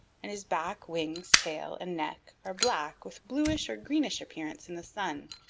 and his back, wings, tail and neck are black with bluish or greenish appearance in the sun.